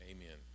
Amen